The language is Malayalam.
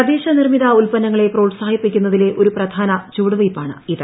തദ്ദേശ നിർമ്മിത ഉൽപ്പന്നങ്ങളെ പ്രോത്സാഹിപ്പിക്കുന്നതിലെ ഒരു പ്രധാന ചുവടുവയ്പ്പാണ് ഇത്